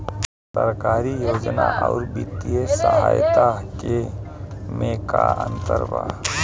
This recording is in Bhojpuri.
सरकारी योजना आउर वित्तीय सहायता के में का अंतर बा?